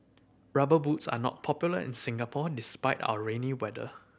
Rubber Boots are not popular in Singapore despite our rainy weather